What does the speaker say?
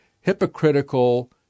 hypocritical